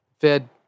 Fed